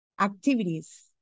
activities